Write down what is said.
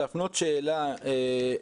אני רוצה להפנות שאלה דרכך.